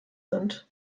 sind